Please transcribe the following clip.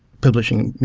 publishing,